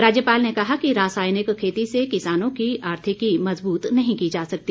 राज्यपाल ने कहा कि रासायनिक खेती से किसानों की आर्थिकी मज़बूत नहीं की जा सकती